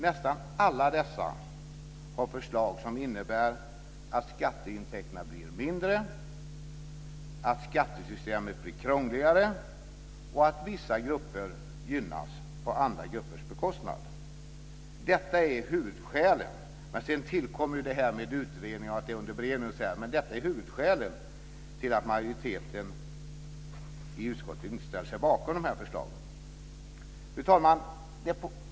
Nästan alla dessa har förslag som innebär att skatteintäkterna blir mindre, att skattesystemet blir krångligare och att vissa grupper gynnas på andra gruppers bekostnad. Detta är huvudskälet - sedan tillkommer det här med utredning och ärendet är under beredning - till att majoriteten i utskottet inte ställer sig bakom förslagen. Fru talman!